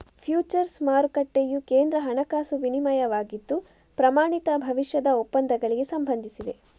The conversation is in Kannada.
ಫ್ಯೂಚರ್ಸ್ ಮಾರುಕಟ್ಟೆಯು ಕೇಂದ್ರ ಹಣಕಾಸು ವಿನಿಮಯವಾಗಿದ್ದು, ಪ್ರಮಾಣಿತ ಭವಿಷ್ಯದ ಒಪ್ಪಂದಗಳಿಗೆ ಸಂಬಂಧಿಸಿದೆ